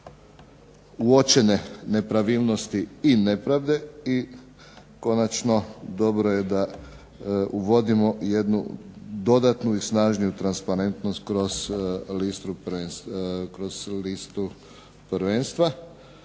uočene nepravilnosti i nepravde. I konačno, dobro je da uvodimo jednu dodatnu i snažniju transparentnost kroz listu prvenstva